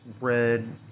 red